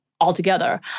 altogether